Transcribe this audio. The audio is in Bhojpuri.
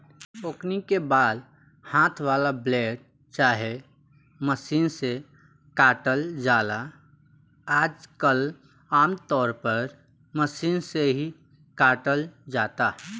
ओकनी के बाल हाथ वाला ब्लेड चाहे मशीन से काटल जाला आजकल आमतौर पर मशीन से ही काटल जाता